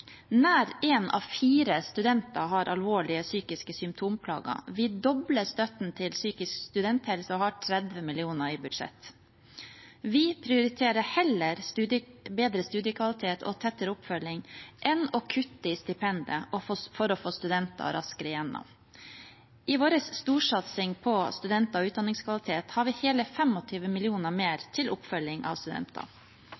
Nær én av fire studenter har alvorlige psykiske symptomplager. Vi dobler støtten til psykisk studenthelse og har 30 mill. kr i budsjettet. Vi prioriterer heller bedre studiekvalitet og tettere oppfølging enn kutt i stipendet for å få studenter raskere igjennom. I vår storsatsing på studenter og utdanningskvalitet har vi hele 25 mill. kr mer